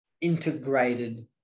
integrated